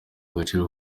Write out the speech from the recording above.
gaciro